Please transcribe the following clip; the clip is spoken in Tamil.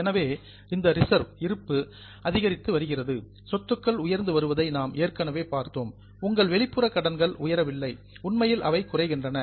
எனவே இந்த ரிசர்வ் இருப்பு அதிகரித்து வருகிறது சொத்துக்கள் உயர்ந்து வருவதை நாம் ஏற்கனவே பார்த்தோம் உங்களுக்கு வெளிப்புற கடன்கள் உயரவில்லை உண்மையில் அவை குறைகின்றன